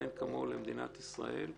מאין כמוהו למדינת ישראל.